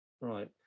Right